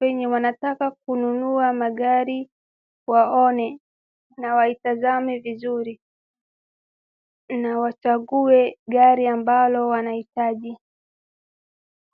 wenye wanataka kununua magari waone na waitazame vizuri na wachague gari ambalo wanahitaji.